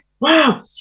wow